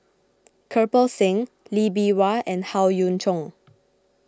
Kirpal Singh Lee Bee Wah and Howe Yoon Chong